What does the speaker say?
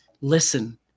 listen